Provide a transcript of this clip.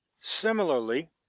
Similarly